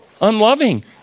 unloving